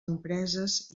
empreses